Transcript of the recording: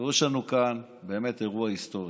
תראו, יש לנו כאן באמת אירוע היסטורי